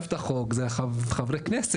מי שכתב את החוק הם חברי כנסת.